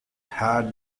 had